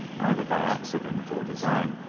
either by accident or design,